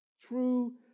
True